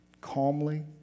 calmly